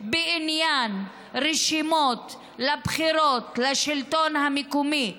בעניין רשימות לבחירות לשלטון המקומי,